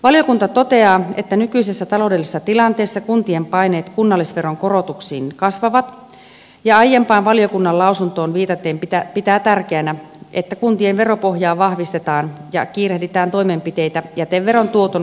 valiokunta toteaa että nykyisessä taloudellisessa tilanteessa kuntien paineet kunnallisveron korotuksiin kasvavat ja aiempaan valiokunnan lausuntoon viitaten pitää tärkeänä että kuntien veropohjaa vahvistetaan ja kiirehditään toimenpiteitä jäteveron tuoton ohjaamiseksi kunnille